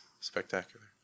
spectacular